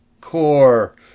core